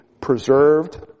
preserved